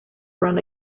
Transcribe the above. run